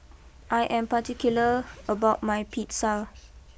I am particular about my Pizza